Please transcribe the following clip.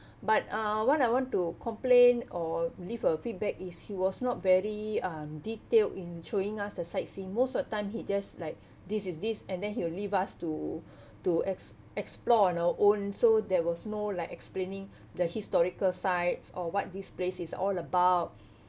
but uh what I want to complain or leave a feedback is he was not very um detailed in showing us the sightseeing most of the time he just like this is this and then he will leave us to to ex~ explore on our own so there was no like explaining the historical sites or what this place is all about